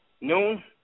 Noon